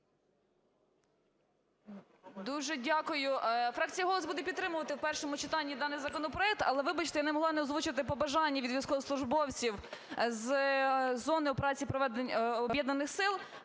Дуже дякую. Фракція "Голос" буде підтримувати в першому читанні даний законопроект. Але, вибачте, я не могла не озвучити побажання від військовослужбовців з зони операції Об'єднаних сил.